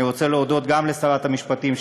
אני רוצה להודות גם לשרת המשפטים,